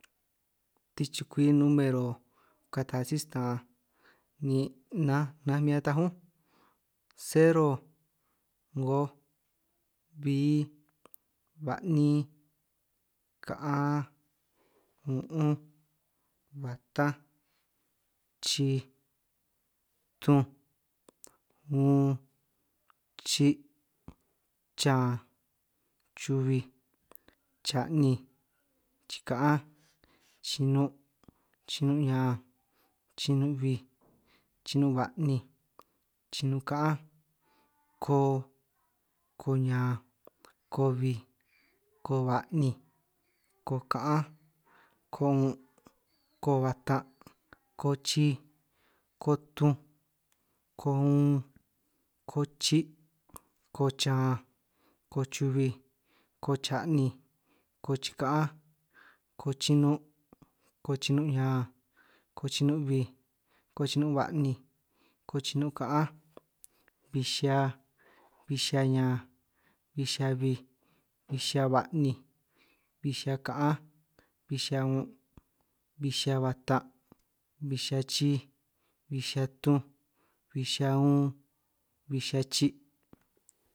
Tichukwi numero kata si-ta'an ni nanj min ataj únj. sero, 'ngoj, bi, ba'nin, ka'an, un'unj, batanj. chij, tunj, un, chi', chan, chubij, cha'ninj, chika'anj, chinun, chinun' ñan, chinun' bij, chinun ba'ninj, chinun' ka'anj, ko, ko ñan, ko bij, ko ba'ninj, ko ka'anj, ko 'un', ko batan', ko chij, ko tunj, ko un, ko chi', ko chan, ko chubij, ko cha'ninj, ko chica'anj, ko chinun', ko chinun' ñan, ko chinun bij, ko chinun' ba'ninj, ko chinun' ka'anj, bij xihia, bij xihia ñan, bij xihia bij, bij xihia ba'ninj, bij xihia ka'anj, bi xihia un'un', bij xihia batan', bij xihia chij, bin xihia tunj, bij xihia un, bi xihia chi'.